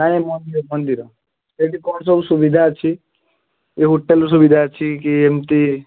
ନାଇ ମନ୍ଦିର ମନ୍ଦିର ସେଠି କଣ ସବୁ ସୁବିଧା ଅଛି ଇଏ ହୋଟେଲ୍ ସୁବିଧା ଅଛି କି ଏମିତି